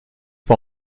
par